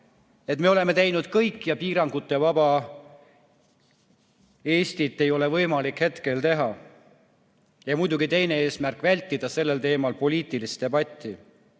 et me oleme teinud kõik ja piirangutevaba Eestit ei ole võimalik hetkel teha. Teine eesmärk on muidugi vältida sellel teemal poliitilist debatti.